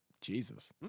Jesus